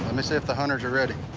let me see if the hunters are ready.